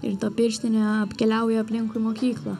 ir pirštinė apkeliauja aplinkui mokyklą